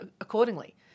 accordingly